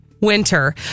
winter